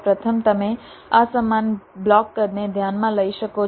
પ્રથમ તમે અસમાન બ્લોક કદને ધ્યાનમાં લઈ શકો છો